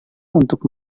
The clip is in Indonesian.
untuk